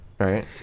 Right